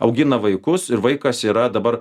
augina vaikus ir vaikas yra dabar